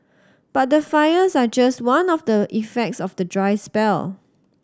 but the fires are just one of the effects of the dry spell